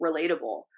relatable